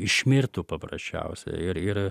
išmirtų paprasčiausiai ir ir